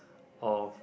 of